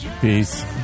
Peace